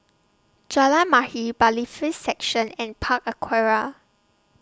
Jalan Mahir Bailiffs' Section and Park Aquaria